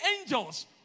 angels